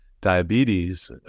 diabetes